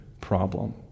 problem